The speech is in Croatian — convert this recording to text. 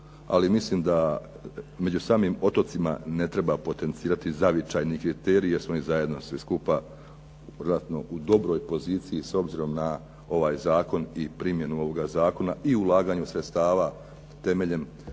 ali mislim da među samim otocima ne treba potencirati zavičajni kriteriji jer su oni zajedno svi skupa vjerojatno u dobroj poziciji s obzirom na ovaj zakon i primjenu ovoga zakona i ulaganje sredstava temeljem